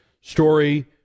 story